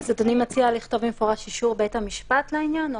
אז אדוני מציע לכתוב במפורש אישור בית המשפט לעניין?